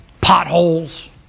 potholes